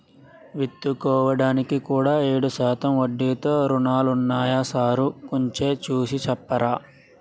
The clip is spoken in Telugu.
విత్తుకోడానికి కూడా ఏడు శాతం వడ్డీతో రుణాలున్నాయా సారూ కొంచె చూసి సెప్పరా